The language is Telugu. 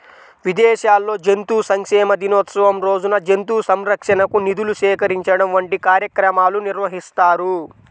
విదేశాల్లో జంతు సంక్షేమ దినోత్సవం రోజున జంతు సంరక్షణకు నిధులు సేకరించడం వంటి కార్యక్రమాలు నిర్వహిస్తారు